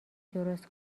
درست